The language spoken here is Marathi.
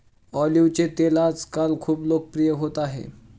ऑलिव्हचे तेल आजकाल खूप लोकप्रिय होत आहे